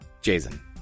Jason